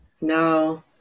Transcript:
No